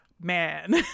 man